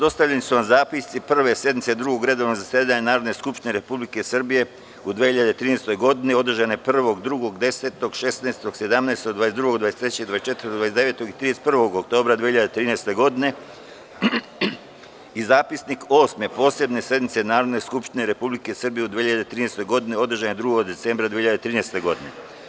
Dostavljeni su vam zapisnici Prve sednice Drugog redovnog zasedanja Narodne skupštine Republike Srbije u 2013. godini, održane 1, 2, 10, 16, 17, 22, 23, 24, 29. i 31. oktobra 2013. godine i Zapisnik Osme posebne sednice Narodne skupštine Republike Srbije u 2013. godini, održane 2. decembra 2013. godine.